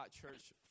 church